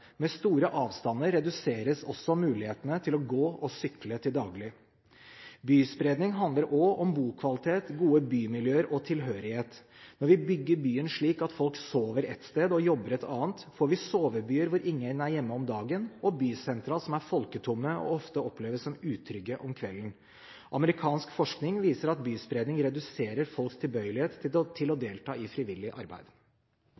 Med store avstander reduseres også mulighetene for å gå og sykle til daglig. Byspredning handler også om bokvalitet, gode bymiljøer og tilhørighet. Når vi bygger byen slik at folk sover et sted og jobber et annet, får vi «sovebyer» hvor ingen er hjemme om dagen, og bysentra som er folketomme – og ofte oppleves som utrygge – om kvelden. Amerikansk forskning viser at byspredning reduserer folks tilbøyelighet til å